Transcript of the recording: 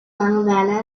langeweile